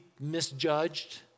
misjudged